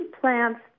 plants